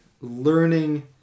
learning